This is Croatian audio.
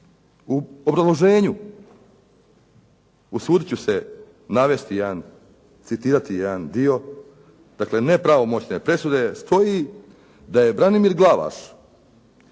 U obrazloženju, usudit ću se navesti jedan, citirati jedan dio, dakle nepravomoćne presude stoji da je Branimir Glavaš